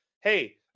hey